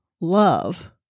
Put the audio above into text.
love